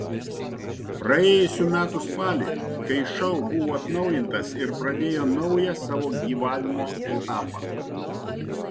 praėjusių metų spalį kai šou buvo atnaujintas ir pradėjo naują savo gyvavimo etapą